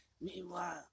Meanwhile